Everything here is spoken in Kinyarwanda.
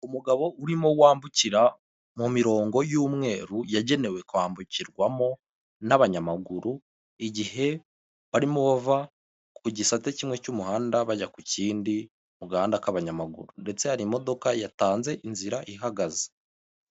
Umugabo urimo wambukira mu mirongo y'umweru yagenewe kwambukirwamo n'abanyamaguru igihe barimo bava ku gisate kimwe cy'umuhanda bajya ku kindi mugahanda k'abanyamaguru ndetse hari imodoka yatanze inzira ihagaze.